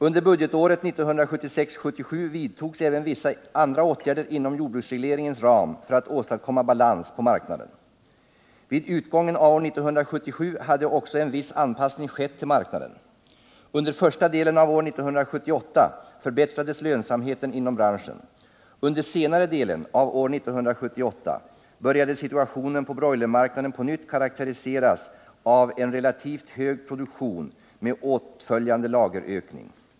Under budgetåret 1976/77 vidtogs även Fredagen den vissa andra åtgärder inom jordbruksregleringens ram för att åstadkomma 16 mars 1979 balans på marknaden. Vid utgången av år 1977 hade också en viss anpassning skett till marknaden. Under första delen av år 1978 förbättrades lönsamheten inom branschen. Under senare delen av år 1978 började situationen på broilermarknaden på nytt karakteriseras av en relativt hög produktion med åtföljande lagerökning.